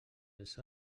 els